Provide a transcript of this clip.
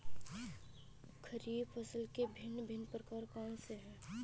खरीब फसल के भिन भिन प्रकार कौन से हैं?